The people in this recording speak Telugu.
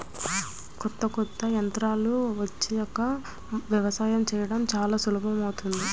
కొత్త కొత్త యంత్రాలు వచ్చాక యవసాయం చేయడం చానా సులభమైపొయ్యింది